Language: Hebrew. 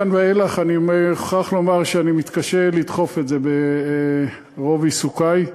מכאן ואילך אני מוכרח לומר שאני מתקשה לדחוף את זה ברוב עיסוקי.